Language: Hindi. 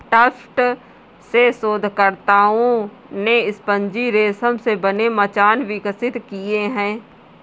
टफ्ट्स के शोधकर्ताओं ने स्पंजी रेशम से बने मचान विकसित किए हैं